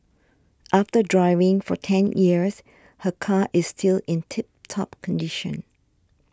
after driving for ten years her car is still in tip top condition